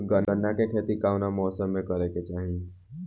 गन्ना के खेती कौना मौसम में करेके चाही?